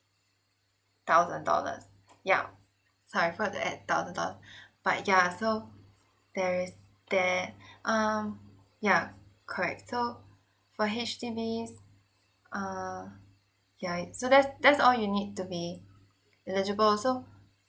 thousand dollars yup sorry put at thousand dollar but ya so there is there um yeah correct so for H_D_Bs uh ya it's so that's that's all you need to be eligible so